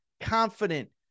confident